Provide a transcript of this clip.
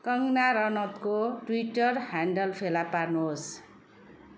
कङ्गना रनौतको Twitter handle फेला पार्नुहोस्